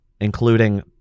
including